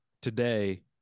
today